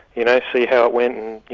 you know see how it went,